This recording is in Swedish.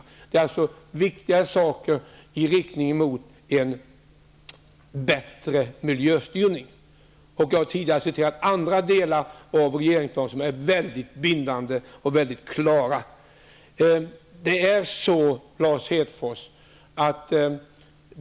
Det gäller alltså viktiga åtgärder i riktning mot en bättre miljöstyrning. > bJag har tidigare återgett vad som sägs i andra delar av regeringsförklaringen som är väldigt bindande och mycket klara.